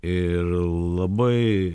ir labai